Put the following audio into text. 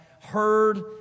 heard